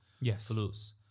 Yes